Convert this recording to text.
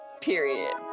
Period